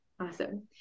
Awesome